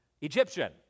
Egyptian